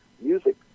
Music